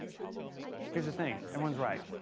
here's the thing. everyone's right.